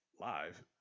live